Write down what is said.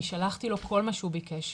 אני שלחתי לו מה שהוא ביקש,